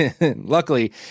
luckily